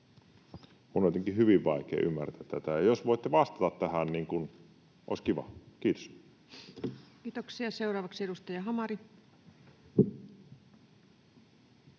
Minun on jotenkin hyvin vaikea ymmärtää tätä, ja jos voitte vastata tähän, niin olisi kiva. — Kiitos. Kiitoksia. — Seuraavaksi edustaja Hamari.